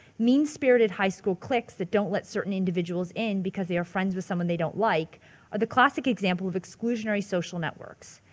mean spirited high school cliques that don't let certain individuals in because they are friends with someone they don't like are the classic example of exclusionary social networks.